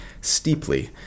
steeply